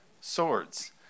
swords